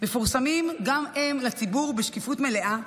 מפורסמים גם הם לציבור בשקיפות מלאה,